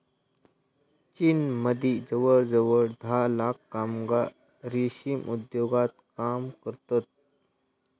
चीनमदी जवळजवळ धा लाख कामगार रेशीम उद्योगात काम करतत